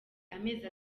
amezi